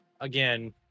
Again